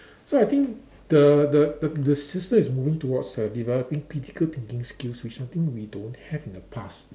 so I think the the the the system is moving towards err developing critical thinking skills which I think we don't have in the past